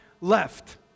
left